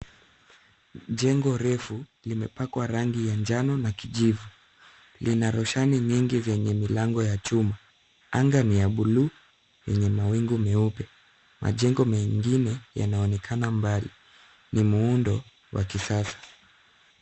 Jengo refu limepakwa rangi ya njano na kijivu, lina roshani nyingi zenye milango ya chuma. Anga ni ya bluu yenye mawingu meupe, majengo mengine yanaonekana mbali. Ni muundo wa kisasa.